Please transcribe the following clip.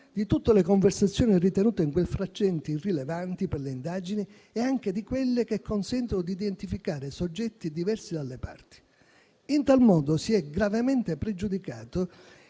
di tutte le conversazioni ritenute in quel frangente irrilevanti per le indagini e anche di quelle che consentono di identificare soggetti diversi dalle parti. In tal modo si è gravemente pregiudicato